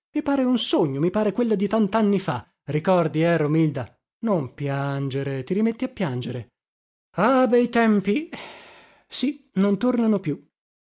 i pare un sogno mi pare quella di tantanni fa ricordi eh romilda non piangere ti rimetti a piangere ah bei tempi sì non tornano più